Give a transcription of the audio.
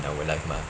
our life mah